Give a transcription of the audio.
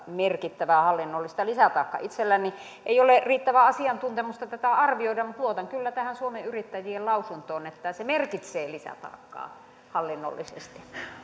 merkittävää hallinnollista lisätaakkaa itselläni ei ole riittävää asiantuntemusta tätä arvioida mutta luotan kyllä tähän suomen yrittäjien lausuntoon että se merkitsee lisätaakkaa hallinnollisesti